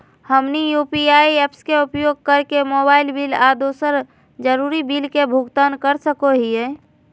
हमनी UPI apps के उपयोग करके मोबाइल बिल आ दूसर जरुरी बिल के भुगतान कर सको हीयई